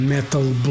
Metal